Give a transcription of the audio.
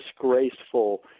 disgraceful